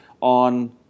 on